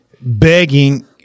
begging